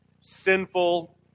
sinful